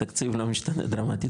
תקציב לא משתנה דרמטית